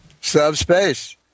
subspace